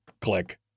click